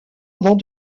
avant